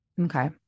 okay